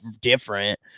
different